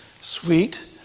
Sweet